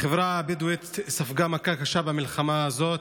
החברה הבדואית ספגה מכה קשה במלחמה הזאת,